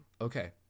okay